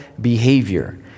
behavior